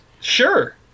Sure